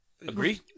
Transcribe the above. Agree